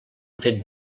fet